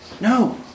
No